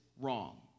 wrong